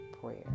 prayer